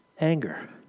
Anger